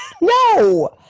No